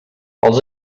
els